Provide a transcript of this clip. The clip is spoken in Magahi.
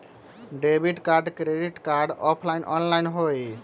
Debit card credit card offline online होई?